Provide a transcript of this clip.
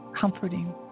comforting